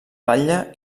batlle